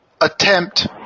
attempt